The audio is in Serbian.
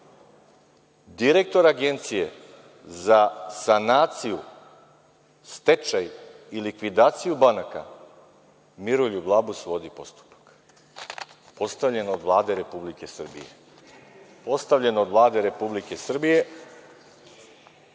Direktor Agencije za sanaciju, stečaj i likvidaciju banaka Miroljub Labus vodi postupak, postavljen od Vlade Republike Srbije. Postavljen od Vlade Republike Srbije,